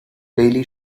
daily